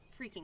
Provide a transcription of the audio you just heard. freaking